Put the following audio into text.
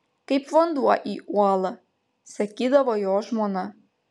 kaip vanduo į uolą sakydavo jo žmona